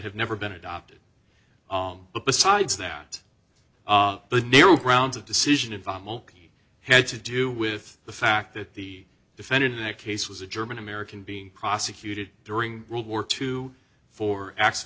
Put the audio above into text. have never been adopted but besides that the grounds of decision involve had to do with the fact that the defendant in that case was a german american being prosecuted during world war two for